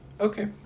Okay